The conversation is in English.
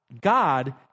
God